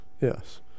Yes